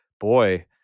boy